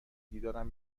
دیدارم